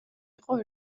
იყო